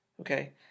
Okay